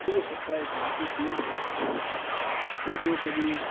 کیونکہ شکچھا ایک ایسی چیز ہے کہ جو کبھی